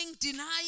denying